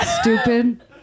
stupid